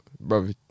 brother